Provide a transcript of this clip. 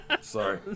Sorry